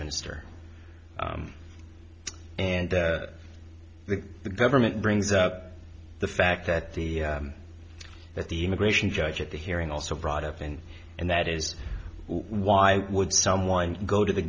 minister and the government brings up the fact that the that the immigration judge at the hearing also brought up in and that is why would someone go to the